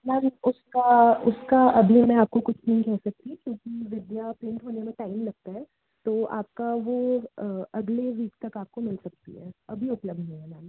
ma'am उसका उसका अभी मैं कुछ नहीं कह सकती क्योंकि विद्या प्रिंट होने में टाइम लगता है तो आपका वह अगले वीक तक आपको मिल सकती है अभी उपलब्ध नहीं है मैम